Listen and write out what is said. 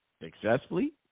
successfully